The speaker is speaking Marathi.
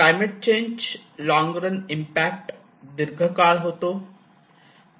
climate change long run impact दीर्घकाळ होतो